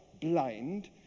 blind